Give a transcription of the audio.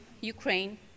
Ukraine